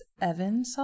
Evan